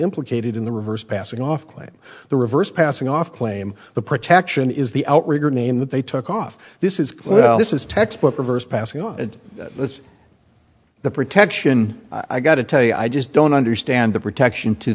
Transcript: implicated in the reverse passing off quite the reverse passing off claim the protection is the outrigger name that they took off this is well this is textbook reverse passing on the the protection i got to tell you i just don't understand the protection to